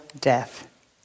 death